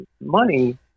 money